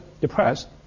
depressed